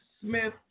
Smith